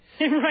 Right